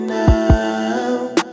now